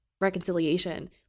reconciliation